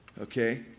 Okay